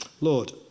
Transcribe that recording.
Lord